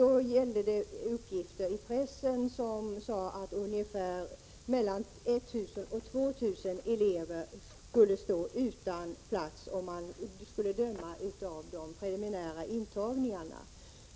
Då förekom uppgifter i pressen om att mellan 1 000 och 2 000 elever skulle stå utan plats om man skulle döma efter de preliminära intagningarna.